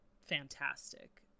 fantastic